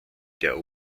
der